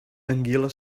anguila